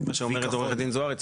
כפי שאומרת עורכת הדין זוהרי,